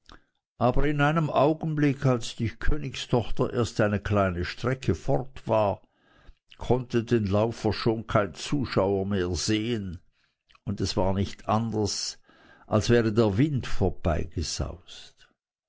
aber in einem augenblick als die königstochter erst eine kleine strecke fort war konnte den laufer schon kein zuschauer mehr sehen und es war nicht anders als wäre der wind vorbeigesaust